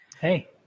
Hey